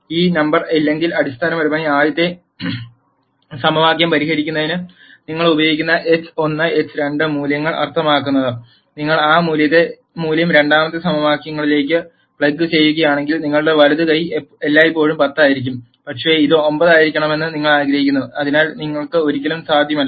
ഈ നമ്പർ ഇല്ലെങ്കിൽ അടിസ്ഥാനപരമായി ആദ്യത്തെ സമവാക്യം പരിഹരിക്കുന്നതിന് നിങ്ങൾ ഉപയോഗിക്കുന്ന x1 x2 മൂല്യങ്ങൾ അർത്ഥമാക്കുന്നത് നിങ്ങൾ ആ മൂല്യം രണ്ടാമത്തെ സമവാക്യത്തിലേക്ക് പ്ലഗ് ചെയ്യുകയാണെങ്കിൽ നിങ്ങളുടെ വലതു കൈ എല്ലായ്പ്പോഴും 10 ആയിരിക്കും പക്ഷേ ഇത് 9 ആയിരിക്കണമെന്ന് നിങ്ങൾ ആഗ്രഹിക്കുന്നു അതിനാൽ ഒരിക്കലും സാധ്യമല്ല